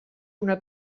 una